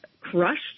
crushed